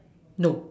no